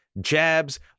jabs